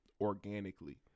organically